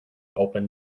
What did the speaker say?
open